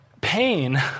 pain